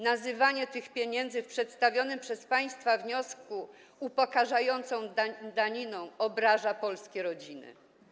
Nazywanie tych pieniędzy w przedstawionym przez państwa wniosku upokarzającą daniną obraża polskie rodziny.